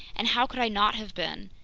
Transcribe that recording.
and how could i not have been?